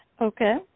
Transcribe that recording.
Okay